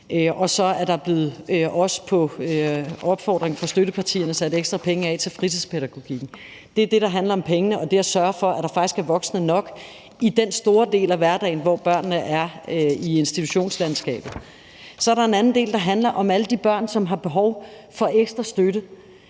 og så er der også på opfordring fra støttepartierne sat ekstra penge af til fritidspædagogikken. Det er det, der handler om pengene, og det at sørge for, at der faktisk er voksne nok i den store del af hverdagen, hvor børnene er i institutionslandskabet. Så er der en anden del, der handler om alle de børn, som har behov for ekstra støtte.